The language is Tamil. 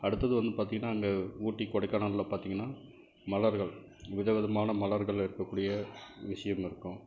அடுத்தது வந்து பார்த்திங்கன்னா அங்கே ஊட்டி கொடைக்கானலில் பார்த்திங்கன்னா மலர்கள் விதவிதமான மலர்கள் இருக்கக்கூடிய விஷயமிருக்கும்